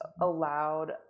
allowed